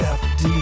fd